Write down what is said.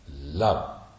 love